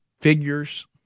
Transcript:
figures